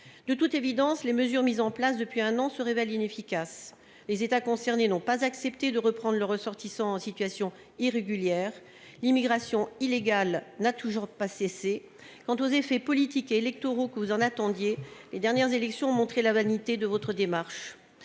de toute évidence, les mesures mises en place depuis un an, se révèlent inefficaces, les États concernés n'ont pas accepté de reprendre leurs ressortissants en situation irrégulière, l'immigration illégale n'a toujours pas cessé quant aux effets politiques et électoraux que vous en attendiez les dernières élections ont montré la vanité de votre démarche,